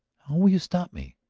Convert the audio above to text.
will you stop me?